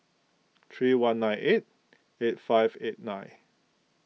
three one nine eight eight five eight nine